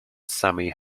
sammy